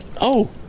Oh